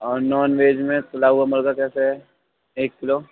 اور non veg میں کُھلا ہُوا مُرغا کیسے ہے ایک کلو